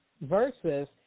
versus